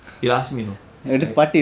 he'll ask me you know I